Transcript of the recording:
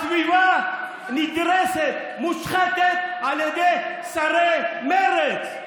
הסביבה נדרסת, מושחתת על ידי שרי מרצ,